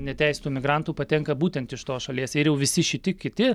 neteisėtų migrantų patenka būtent iš tos šalies ir jau visi šiti kiti